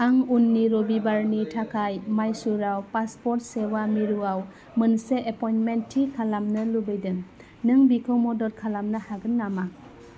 आं उननि रबिबारनि थाखाय माइसुराव पासपर्ट सेवा मिरुआव मोनसे एपइन्टमेन्ट थि खालामनो लुबैदों नों बिखौ मदद खालामनो हागोन नामा